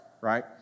right